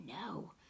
No